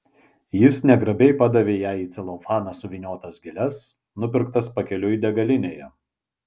jis negrabiai padavė jai į celofaną suvyniotas gėles nupirktas pakeliui degalinėje